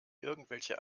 irgendwelche